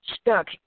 stuck